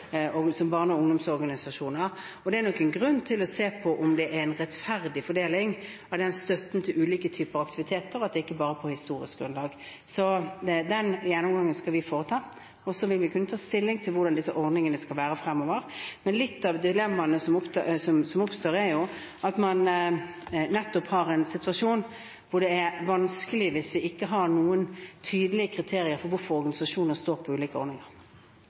som barne- og ungdomsorganisasjoner. Det er nok en grunn til å se på om det er en rettferdig fordeling av støtten til ulike typer aktiviteter, at det ikke bare er på historisk grunnlag. Den gjennomgangen skal vi foreta, og så vil vi ta stilling til hvordan disse ordningene skal være fremover. Et dilemma som oppstår, er nettopp det at man har en situasjon hvor det er vanskelig hvis vi ikke har noen tydelige kriterier for hvorfor organisasjoner står på ulike ordninger.